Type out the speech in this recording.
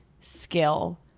skill